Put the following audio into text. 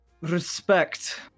respect